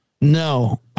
No